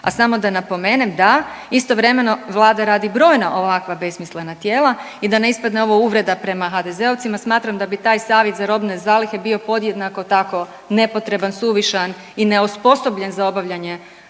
A samo da napomenem da istovremeno vlada radi brojna ovakva besmislena tijela i da ne ispadne ovo uvreda prema HDZ-ovcima smatram da bi taj savjet za robne zalihe bio podjednako nepotreban, suvišan i neosposobljen za obavljanje